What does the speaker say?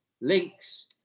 links